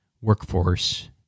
workforce